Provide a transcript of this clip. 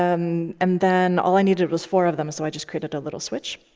um and then all i needed was four of them, so i just created a little switch.